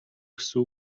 гэсэн